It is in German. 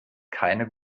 keine